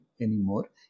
anymore